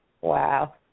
wow